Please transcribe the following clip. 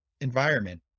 environment